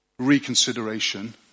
Reconsideration